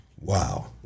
Wow